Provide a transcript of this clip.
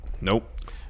Nope